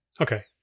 Okay